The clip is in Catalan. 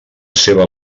seva